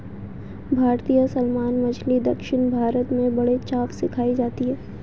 भारतीय सालमन मछली दक्षिण भारत में बड़े चाव से खाई जाती है